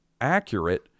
accurate